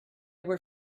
were